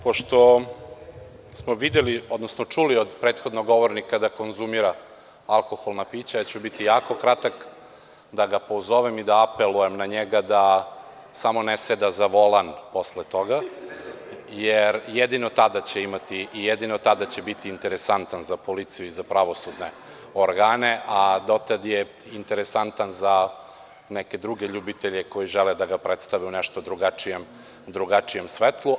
Pošto smo videli, odnosno čuli od prethodnog govornika da konzumira alkoholna pića, biću jako kratak, da ga pozovem i da apelujem na njega da samo ne seda za volan posle toga, jer jedino tada će imati i jedino tada će biti interesantan za policiju i za pravosudne organe, a do tada je interesantan za neke druge ljubitelje koji žele da ga predstave u nešto drugačijem svetlu.